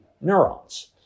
neurons